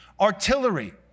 artillery